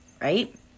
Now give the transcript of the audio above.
Right